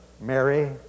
Mary